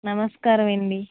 నమస్కారమండీ